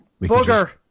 Booger